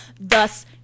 thus